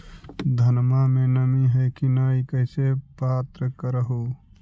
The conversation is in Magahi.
धनमा मे नमी है की न ई कैसे पात्र कर हू?